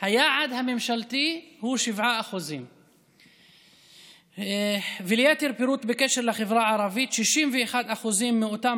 היעד הממשלתי הוא 7%. ליתר פירוט בקשר לחברה הערבית: 61% מאותם